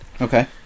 Okay